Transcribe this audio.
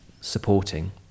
supporting